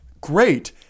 Great